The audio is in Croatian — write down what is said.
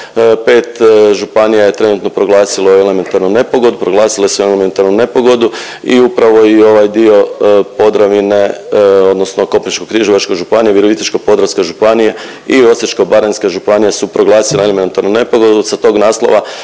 Pet županija je trenutno proglasilo elementarnu nepogodu, proglasile su elementarnu nepogodu i upravo i ovaj dio Podravine odnosno Koprivničko-križevačke županija, Virovitičko-podravska županija i Osječko-baranjska županija su proglasile elementarnu nepogodu. Sa tog naslova